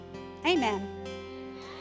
Amen